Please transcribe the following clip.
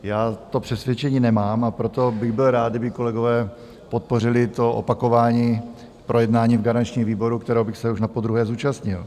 Já to přesvědčení nemám, a proto bych byl rád, kdyby kolegové podpořili opakování projednání v garančním výboru, kterého bych se už napodruhé zúčastnil.